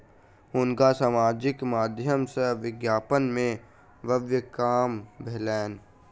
हुनका सामाजिक माध्यम सॅ विज्ञापन में व्यय काम भेलैन